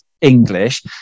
English